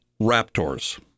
raptors